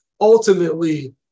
ultimately